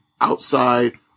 outside